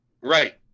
right